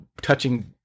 touching